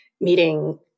meeting